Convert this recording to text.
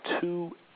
two